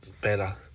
better